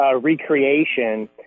recreation